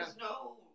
no